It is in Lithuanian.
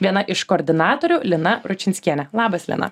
viena iš koordinatorių lina račinskiene labas lina